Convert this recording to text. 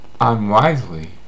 unwisely